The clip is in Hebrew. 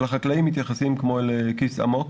אל החקלאיים מתייחסים כמו אל כיס עמוק